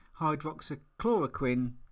hydroxychloroquine